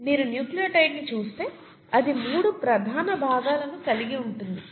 మీరు న్యూక్లియోటైడ్ను చూస్తే అది మూడు ప్రధాన భాగాలను కలిగి ఉంటుంది